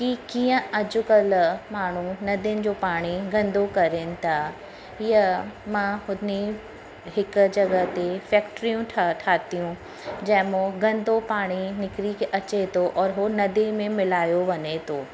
कि कीअं अॼुकल्ह माण्हू नदियुनि जो पाणी गंदो कनि था या मां हुनी हिकु जॻह ते फैक्ट्रियूं ठा ठाहियूं जंहिंमां गंदो पाणी निकिरी के अचे थो औरि उहो नदी में मिलायो वञे थो